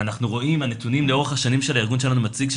אנחנו רואים מהנתונים לאורך השנים שהארגון שלנו מציג,